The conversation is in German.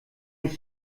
ich